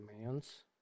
commands